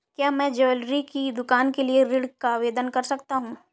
क्या मैं ज्वैलरी की दुकान के लिए ऋण का आवेदन कर सकता हूँ?